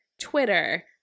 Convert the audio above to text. twitter